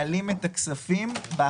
להיות המסלול שבו מנוהלים הכי הרבה נכסים באותו